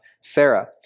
Sarah